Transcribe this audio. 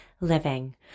living